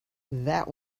that